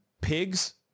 pigs